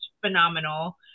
phenomenal